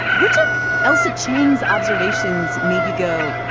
which ailsa chang's observations made you go,